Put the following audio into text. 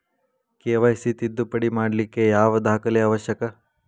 KYC ತಿದ್ದುಪಡಿ ಮಾಡ್ಲಿಕ್ಕೆ ಯಾವ ದಾಖಲೆ ಅವಶ್ಯಕ?